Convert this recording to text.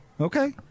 Okay